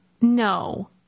No